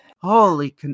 Holy